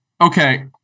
Okay